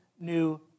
new